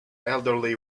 elderly